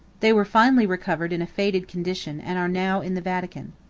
they were finally recovered in a faded condition and are now in the vatican.